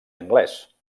anglès